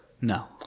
No